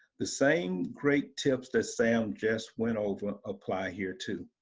the same great tips that sam just went over apply here too.